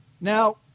Now